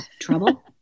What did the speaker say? trouble